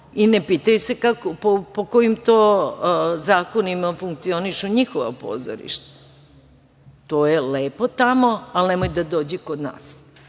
i ne pitaju se po kojim to zakonima funkcionišu njihova pozorišta. To je lepo tamo, ali nemojte da dođe kod nas.